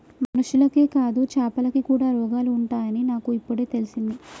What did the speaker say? మనుషులకే కాదు చాపలకి కూడా రోగాలు ఉంటాయి అని నాకు ఇపుడే తెలిసింది